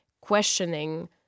questioning